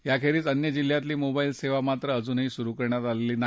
याखेरिज अन्य जिल्ह्यातली मोबाईल सेवा मात्र अजूनही सुरु करण्यात आलेली नाही